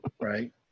Right